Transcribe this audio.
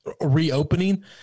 reopening